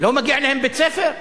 לא מגיע להם בית-ספר?